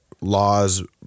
laws